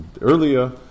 earlier